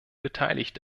beteiligt